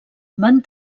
van